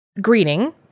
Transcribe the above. greeting